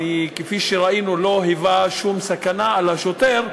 וכפי שראינו הוא לא היווה שום סכנה לשוטר,